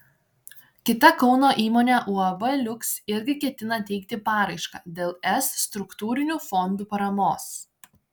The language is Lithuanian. kita kauno įmonė uab liuks irgi ketina teikti paraišką dėl es struktūrinių fondų paramos